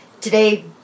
today